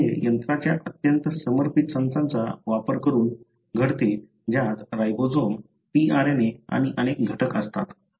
तर हे यंत्रांच्या अत्यंत समर्पित संचाचा वापर करून घडते ज्यात राइबोसोम tRNA आणि इतर अनेक घटक असतात